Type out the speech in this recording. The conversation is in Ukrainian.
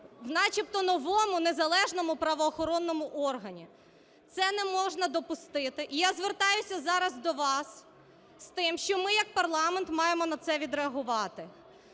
в начебто новому і незалежному правоохоронному органі. Це не можна допустити. І я звертаюся зараз до вас з тим, що ми як парламент маємо на це відреагувати.